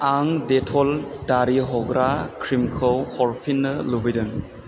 आं डेट'ल दारि हग्रा क्रिमखौ हरफिन्नो लुबैदों